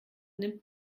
nimmt